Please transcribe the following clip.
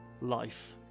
life